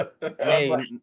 hey